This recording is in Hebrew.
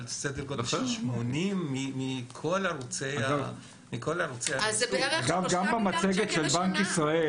סדר גודל של 80 מכל ערוצי --- גם במצגת של בנק ישראל